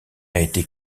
été